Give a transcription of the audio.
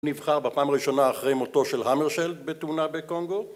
נבחר בפעם הראשונה אחרי מותו של המרשל בתאונה בקונגו